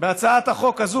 בהצעת החוק הזו,